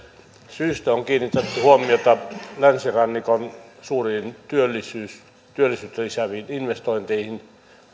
syystä on kiinnitetty huomiota länsirannikon suuriin työllisyyttä lisääviin investointeihin